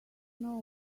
know